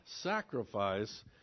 sacrifice